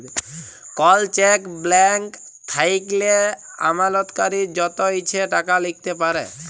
call check blank থ্যাইকলে আমালতকারী যত ইছে টাকা লিখতে পারে